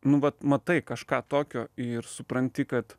nu vat matai kažką tokio ir supranti kad